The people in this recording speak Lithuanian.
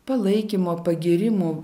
palaikymo pagyrimų